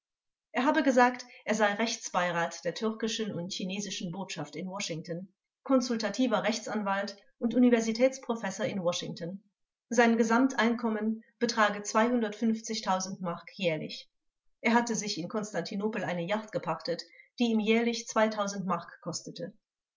er habe gesagt er sei rechtsbeirat der türkischen und chinesischen botschaft in washington konsultativer rechtsanwalt und universitätsprofessor in washington sein einkommen mark jährlich er hatte sich in konstantinopel eine jacht gepachtet die ihm jährlich mark kostete